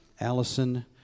Allison